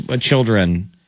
children